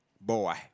Boy